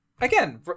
Again